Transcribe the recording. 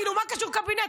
כאילו, מה קשור קבינט?